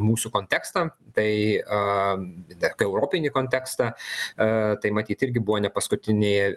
mūsų kontekstą tai europinį kontekstą tai matyt irgi buvo ne paskutinėje